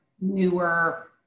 newer